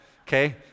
okay